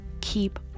keep